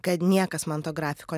kad niekas man to grafiko